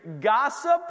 gossip